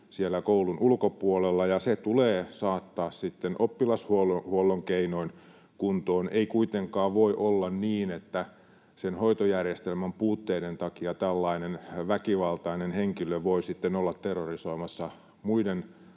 koulun ulkopuolella, ja se tulee saattaa sitten oppilashuollon keinoin kuntoon. Ei kuitenkaan voi olla niin, että sen hoitojärjestelmän puutteiden takia tällainen väkivaltainen henkilö voi sitten olla terrorisoimassa muiden